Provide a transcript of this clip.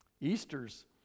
Easter's